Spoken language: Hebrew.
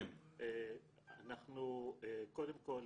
קודם כול,